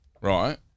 right